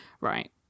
right